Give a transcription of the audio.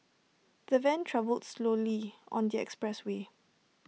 the van travelled slowly on the expressway